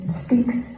speaks